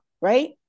right